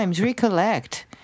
recollect